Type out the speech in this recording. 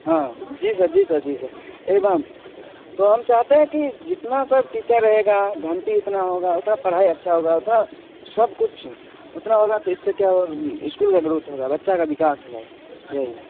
हाँ जी सर जी सर जी सर एकदम तो हम चाहते हैं कि जितना सब टीचर रहेगा घंटी उतना होगा उतना पढ़ाई अच्छा होगा स सब कुछ उतना होगा तो इससे क्या होगा स्कूल का ग्रोथ होगा बच्चा का विकास होगा यही